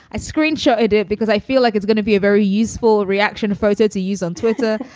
i screenshot it it because i feel like it's gonna be a very useful reaction. a photo to use on twitter.